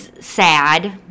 Sad